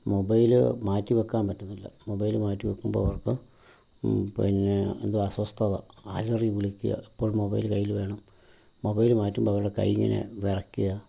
mobile മാറ്റി വാക്കാൻ പറ്റുന്നില്ല മൊബൈൽ മാറ്റി വക്കുമ്പോൾ അവർക്ക് പിന്നെ എന്തോ അസ്വസ്ഥത അലറി വിളിക്കുക എപ്പോഴും മൊബൈല് കയ്യിൽ വേണം മൊബൈല് മാറ്റുമ്പോൾ അവരുടെ കൈയിങ്ങനെ വിറക്കുക